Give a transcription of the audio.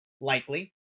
likely